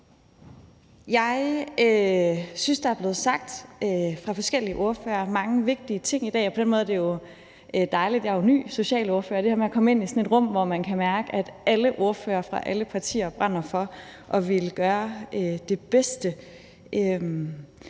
Jeg synes, at der fra forskellige ordførere er blevet sagt mange vigtige ting i dag. På den måde er det jo dejligt. Jeg er jo ny socialordfører, og jeg har oplevet det her med at komme ind i et rum, hvor man kan mærke, at alle ordførere for alle partier brænder for at ville gøre det bedste.